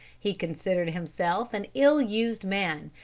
he considered himself an ill-used man,